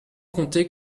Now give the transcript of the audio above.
compter